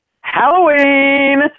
Halloween